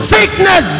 Sickness